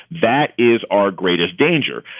that is our greatest danger.